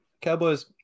Cowboys